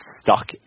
stuck